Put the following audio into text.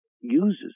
uses